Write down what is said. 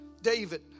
David